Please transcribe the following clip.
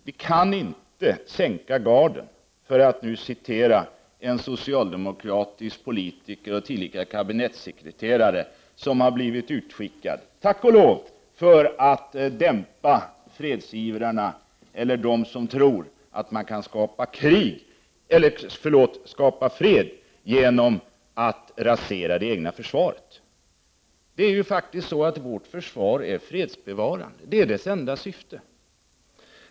Vi kan inte sänka garden, för att nu citera en socialdemokratisk politiker och tillika kabinettssekreterare, som tack och lov har blivit utskickad för att dämpa ”fredsivrarna” som tror att man kan skapa fred genom att rasera det egna försvaret. Det är faktiskt så att vårt försvar är fredsbevarande. Det är dess främsta syfte!